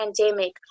pandemic